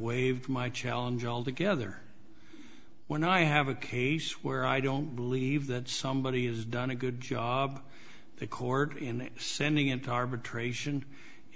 waived my challenge altogether when i have a case where i don't believe that somebody has done a good job the court in sending it to arbitration